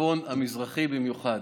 הצפון המזרחי במיוחד.